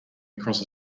across